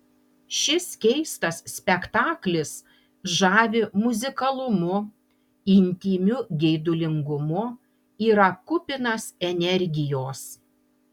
šis keistas spektaklis žavi muzikalumu intymiu geidulingumu yra kupinas energijos